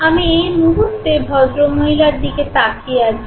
আমি এই মুহুর্তে ভদ্রমহিলার দিকে তাকিয়ে আছি